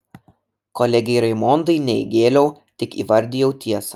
kolegei raimondai ne įgėliau tik įvardijau tiesą